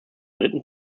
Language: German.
dritten